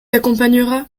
accompagnera